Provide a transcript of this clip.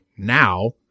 now